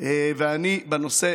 חד וחלק,